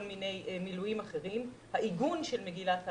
מיני מילויים אחרים העיגון של מגילת העצמאות,